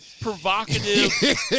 provocative